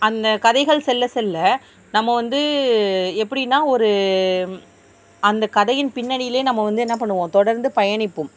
அந்த கதைகள் செல்ல செல்ல நம்ம வந்து எப்படினா ஒரு அந்த கதையின் பின்னணியில் நம்ம வந்து என்ன பண்ணுவோம் தொடர்ந்து பயணிப்போம்